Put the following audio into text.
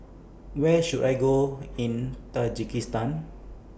Where should I Go in Tajikistan